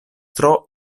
tro